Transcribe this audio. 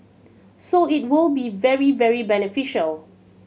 so it will be very very beneficial